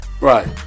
Right